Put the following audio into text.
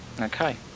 Okay